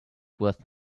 worth